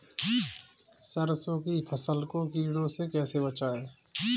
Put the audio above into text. सरसों की फसल को कीड़ों से कैसे बचाएँ?